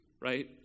Right